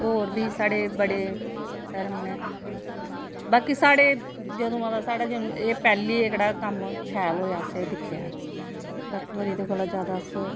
अपने लेआंदा ऐ होर बी साढ़े बड़े धर्म नै बाकी साढ़े जदूआं दा साढ़ा एह् पैह्ली एह्कड़ा कम्म शैल होया असें एह् दिक्खेआ ऐ बाकी होर एह्दे कोला जादा अस